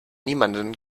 niemanden